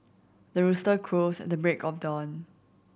the rooster crows at the break of dawn